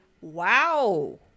wow